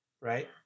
right